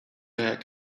heck